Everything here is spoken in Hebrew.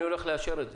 אני רוצה לאשר את זה.